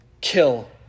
kill